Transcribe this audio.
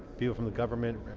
view from the government,